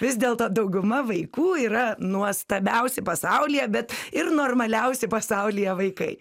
vis dėlto dauguma vaikų yra nuostabiausi pasaulyje bet ir normaliausiai pasaulyje vaikai